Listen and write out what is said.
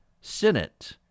Senate